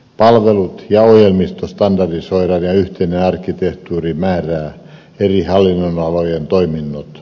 palvelut ja ohjelmistot standardisoidaan ja yhteinen arkkitehtuuri määrää eri hallinnonalojen toiminnot